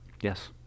Yes